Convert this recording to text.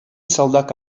салтак